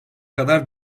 kadar